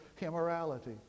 immorality